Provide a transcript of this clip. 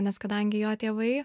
nes kadangi jo tėvai